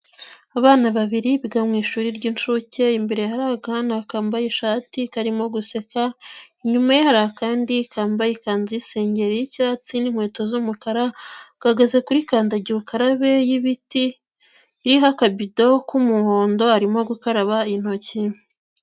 Abana babiri biga mu ishuri ry'inshuke imbere hari akana kambaye ishati karimo guseka, inyuma hari akandi kambaye ikanzu isengeri y'icyatsi n'inkweto z'umukara gahagaze kuri kandagira ukarabe y'ibiti iriho akabido k'umuhondo arimo gukaraba intoki.